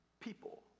people